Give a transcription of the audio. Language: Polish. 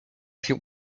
się